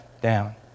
down